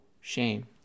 shame